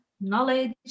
knowledge